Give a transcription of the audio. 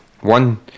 one